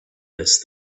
this